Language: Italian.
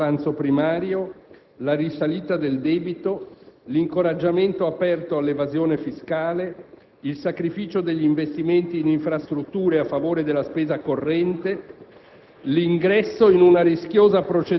ma si concluse con la scomparsa dell'avanzo primario, la risalita del debito, l'incoraggiamento aperto all'evasione fiscale, il sacrificio degli investimenti in infrastrutture a favore della spesa corrente,